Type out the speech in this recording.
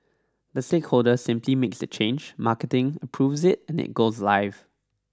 the stakeholder simply makes the change marketing approves it and it goes live